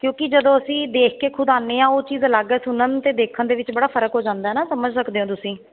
ਕਿਉਂਕਿ ਜਦੋਂ ਅਸੀਂ ਦੇਖ ਕੇ ਖੁਦ ਆਉਂਦੇ ਹਾਂ ਉਹ ਚੀਜ਼ ਅਲੱਗ ਸੁਣਨ ਅਤੇ ਦੇਖਣ ਦੇ ਵਿੱਚ ਬੜਾ ਫਰਕ ਹੋ ਜਾਂਦਾ ਨਾ ਸਮਝ ਸਕਦੇ ਹੋ ਤੁਸੀਂ